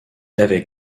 avait